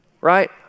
right